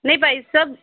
ਨਹੀਂ ਭਾਈ ਸਾਹਿਬ